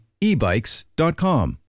ebikes.com